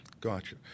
Gotcha